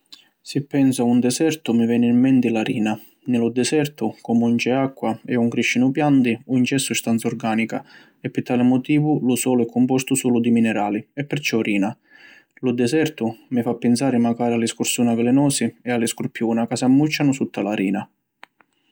Si pensu a un desertu mi veni in menti la rina. Ni lu desertu, comu ‘un c’è acqua e ‘un criscinu pianti, ‘un c’è sustanza organica e pi tali motivu lu solu è cumpostu sulu di minerali e perciò rina. Lu desertu mi fa pinsari macari a li scursuna velenosi e a li scurpiuna ca s’ammuccianu sutta la rina.